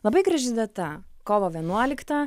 labai graži data kovo vienuolikta